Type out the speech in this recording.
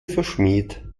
verschmäht